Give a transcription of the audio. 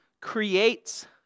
creates